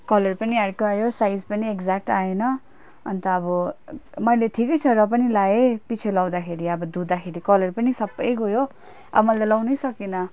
colour पनि अर्कै आयो साइज पनि एकज्याक्ट आएन अन्त अब मैले ठिकै छ र पनि लगाएँ पिच्छे लगाउँदाखेरि अब धुदाँखेरि कलर पनि सबै गयो अब मैले त लगाउनै सकिनँ